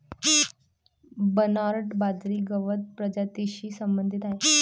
Bernard बाजरी गवत प्रजातीशी संबंधित आहे